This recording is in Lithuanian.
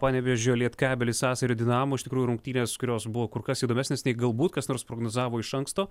panevėžio lietkabelis sasario dinamo iš tikrųjų rungtynės kurios buvo kur kas įdomesnės nei galbūt kas nors prognozavo iš anksto